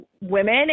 women